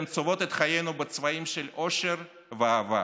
אתן צובעות את חיינו בצבעים של אושר ואהבה.